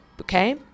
Okay